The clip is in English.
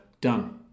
done